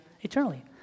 eternally